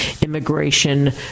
immigration